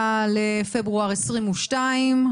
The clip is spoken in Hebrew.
ה-7 בפברואר 2022,